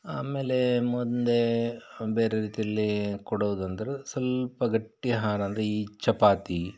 ಆಮೇಲೆ ಮುಂದೆ ಬೇರೆ ರೀತಿಯಲ್ಲಿ ಕೊಡೋದು ಅಂದ್ರೆ ಸ್ವಲ್ಪ ಗಟ್ಟಿ ಆಹಾರ ಅಂದರೆ ಈ ಚಪಾತಿ